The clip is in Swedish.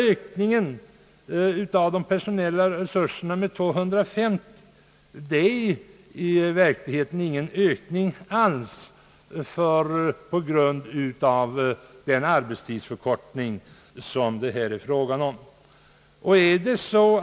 Ökningen av de personella resurserna med 250 tjänster betyder i verkligheten ingen ökning alls — på grund av den arbetstidsförkortning som har genomförts.